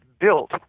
built